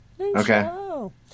Okay